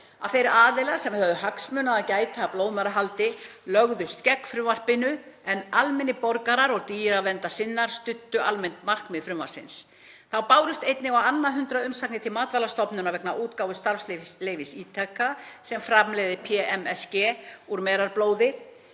að þeir aðilar sem höfðu hagsmuna að gæta af blóðmerahaldi lögðust gegn frumvarpinu en almennir borgarar og dýraverndunarsinnar studdu almennt markmið frumvarpsins. Þá bárust einnig á annað hundrað umsagnir til Matvælastofnunar vegna útgáfu starfsleyfis Ísteka, sem framleiðir PMSG úr merablóði,